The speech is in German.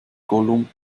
gollum